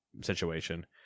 situation